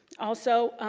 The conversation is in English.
also,